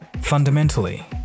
Fundamentally